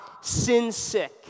sin-sick